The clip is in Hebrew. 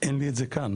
אין לי את זה כאן.